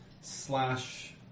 slash